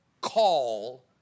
call